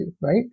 right